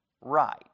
right